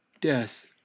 death